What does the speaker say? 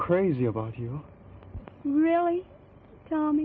crazy about you really